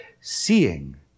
seeing